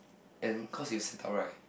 and cause you will set up right